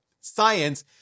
science